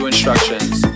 instructions